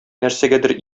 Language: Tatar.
нәрсәгәдер